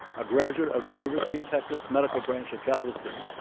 a graduate of the university of texas medical branch at galveston,